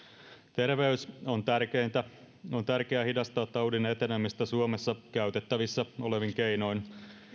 terveys on tärkeintä on tärkeää hidastaa taudin etenemistä suomessa käytettävissä olevin keinoin